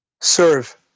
Serve